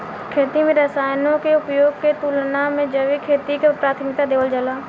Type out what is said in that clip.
खेती में रसायनों के उपयोग के तुलना में जैविक खेती के प्राथमिकता देवल जाला